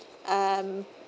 um